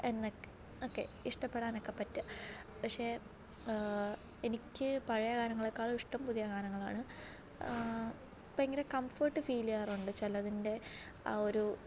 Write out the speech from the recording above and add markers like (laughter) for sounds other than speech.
(unintelligible) okay ഇഷ്ടപ്പെടാനൊക്കെ പറ്റുക പക്ഷേ എനിക്ക് പഴയ ഗാനങ്ങളെക്കാൾ ഇഷ്ടം പുതിയ ഗാനങ്ങളാണ് ഭയങ്കര കംഫർട്ട് ഫീൽ ചെയ്യാറുണ്ട് ചിലതിൻ്റെ ആ ഒരു